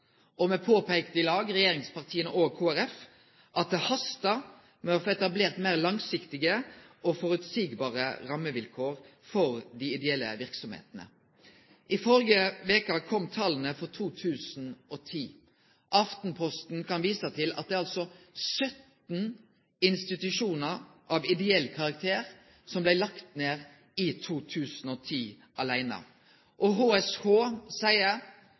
Og me peikte på i lag – regjeringspartia og Kristeleg Folkeparti – at det hastar med å få etablert meir langsiktige og føreseielege rammevilkår for dei ideelle verksemdene. I førre veka kom tala for 2010. Aftenposten kan vise til at det altså er 17 institusjonar av ideell karakter aleine som blei lagde ned i 2010. HSH seier